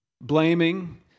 Blaming